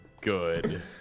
Good